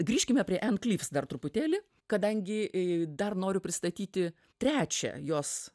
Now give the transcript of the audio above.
grįžkime prie ann klyvs dar truputėlį kadangi i dar noriu pristatyti trečią jos